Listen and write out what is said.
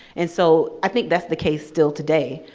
and so, i think that's the case still today,